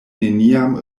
neniam